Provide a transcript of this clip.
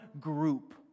group